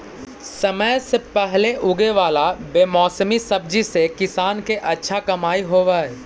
समय से पहले उगे वाला बेमौसमी सब्जि से किसान के अच्छा कमाई होवऽ हइ